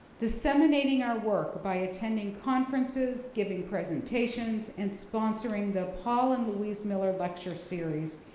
disseminating our work by attending conferences, giving presentations, and sponsoring the paul and louise miller lecture series,